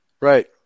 Right